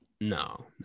No